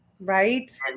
Right